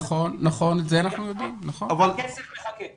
הכסף מחכה.